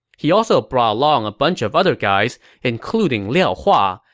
he also brought along a bunch of other guys, including liao hua,